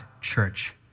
church